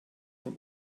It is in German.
von